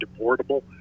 deportable